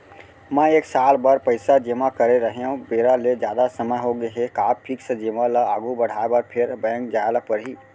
मैं एक साल बर पइसा जेमा करे रहेंव, बेरा ले जादा समय होगे हे का फिक्स जेमा ल आगू बढ़ाये बर फेर बैंक जाय ल परहि?